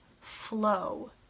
flow